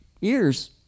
years